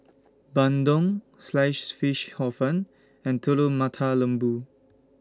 Bandung Sliced Fish Hor Fun and Telur Mata Lembu